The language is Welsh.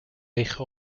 eich